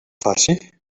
faci